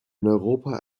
europa